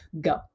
go